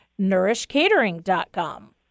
NourishCatering.com